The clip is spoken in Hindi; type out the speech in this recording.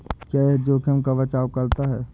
क्या यह जोखिम का बचाओ करता है?